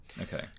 Okay